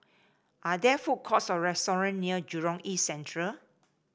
are there food courts or restaurant near Jurong East Central